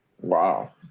Wow